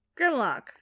Grimlock